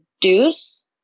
deuce